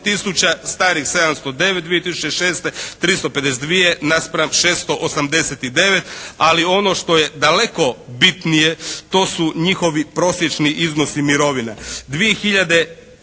tisuća, starih 709. 2006. 352 naspram 689. Ali ono što je daleko bitnije to su njihovi prosječni iznosi mirovina.